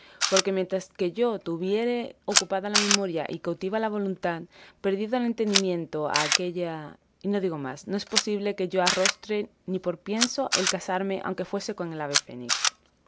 porque mientras que yo tuviere ocupada la memoria y cautiva la voluntad perdido el entendimiento a aquella y no digo más no es posible que yo arrostre ni por pienso el casarme aunque fuese con el ave fénix